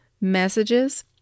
messages